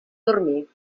dormir